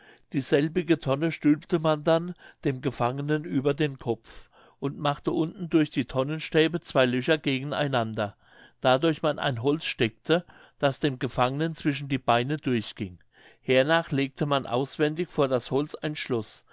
dieselbige tonne stülpte man dann dem gefangenen über den kopf und machte unten durch die tonnenstäbe zwei löcher gegen einander dadurch man ein holz steckte das dem gefangenen zwischen die beine durchging hernach legte man auswendig vor das holz ein schloß